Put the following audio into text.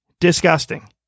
Disgusting